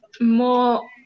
more